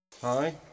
hi